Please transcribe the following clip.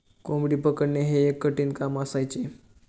कोंबडी पकडणे हे एक कठीण काम असायचे